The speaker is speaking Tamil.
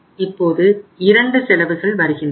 இப்போது இரண்டு செலவுகள் வருகின்றன